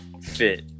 fit